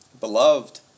beloved